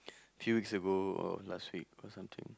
few weeks ago or last week or something